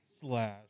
slash